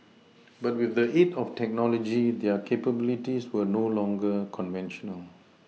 but with the aid of technology their capabilities are no longer conventional